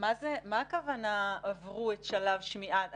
מה הכוונה עברו את שלב השמיעה.